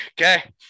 Okay